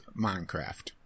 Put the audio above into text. Minecraft